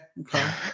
Okay